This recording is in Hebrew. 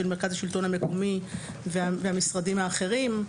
מרכז השלטון המקומי ומצד משרדים אחרים.